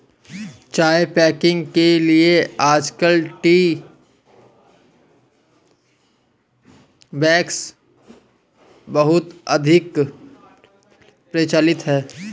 चाय पैकेजिंग के लिए आजकल टी बैग्स बहुत अधिक प्रचलित है